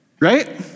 Right